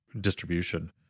distribution